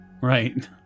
Right